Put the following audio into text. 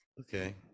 Okay